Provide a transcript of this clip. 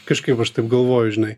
kažkaip aš taip galvoju žinai